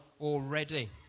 already